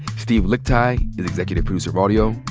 steve lickteig is executive producer of audio.